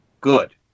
Good